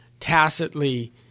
tacitly